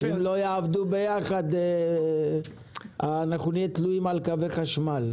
אם הם לא יעבדו יחד אנחנו נהיה תלויים על קווי חשמל,